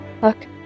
Look